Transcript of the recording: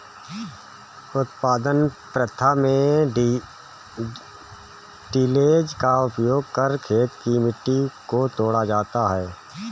उत्पादन प्रथा में टिलेज़ का उपयोग कर खेत की मिट्टी को तोड़ा जाता है